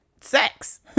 sex